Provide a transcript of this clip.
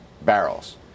barrels